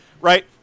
right